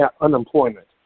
unemployment